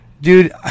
dude